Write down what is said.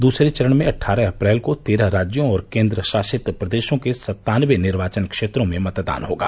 दूसरे चरण में अट्ठारह अप्रैल को तेरह राज्यों और केन्द्रशासित प्रदेशों के सत्तानबे निर्वाचन क्षेत्रों में मतदान होगा